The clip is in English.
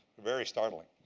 very startling.